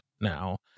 now